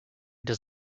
does